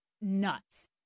nuts